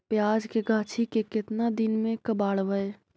प्याज के गाछि के केतना दिन में कबाड़बै?